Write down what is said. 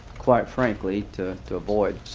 quite frankly, to to avoid